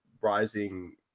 Rising